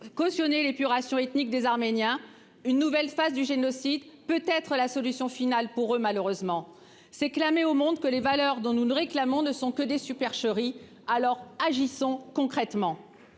cautionner l'épuration ethnique des Arméniens, une nouvelle phase du génocide peut être la solution finale, pour eux, malheureusement c'est clamer au monde que les valeurs dont nous nous réclamons ne sont que des supercheries alors agissons concrètement.